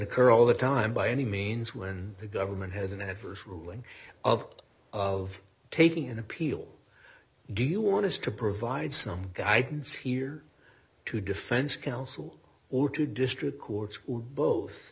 occur all the time by any means when the government has an adverse ruling of of taking an appeal do you want to provide some guidance here to defense counsel or to district courts both